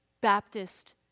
Baptist